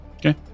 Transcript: Okay